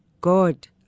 God